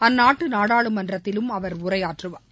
அந்நாட்டு நாடாளுமன்றத்திலும் அவர் உரையாற்றுவார்